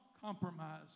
compromise